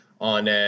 On